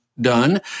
done